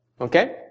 Okay